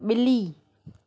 बि॒ली